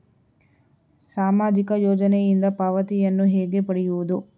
ಸಾಮಾಜಿಕ ಯೋಜನೆಯಿಂದ ಪಾವತಿಯನ್ನು ಹೇಗೆ ಪಡೆಯುವುದು?